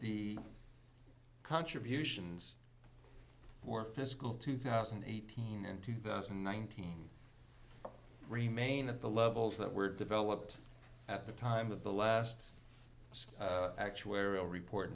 the contributions for fiscal two thousand and eighteen and two thousand and nineteen remain at the levels that were developed at the time of the last actuarial report